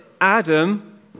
Adam